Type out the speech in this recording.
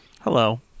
Hello